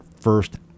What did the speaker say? first